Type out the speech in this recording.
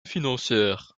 financière